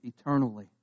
eternally